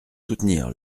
soutenir